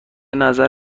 نظر